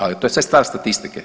Ali to je sve stvar statistike.